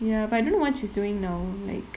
ya but I don't know what she's doing now like